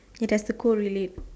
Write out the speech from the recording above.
it has to correlate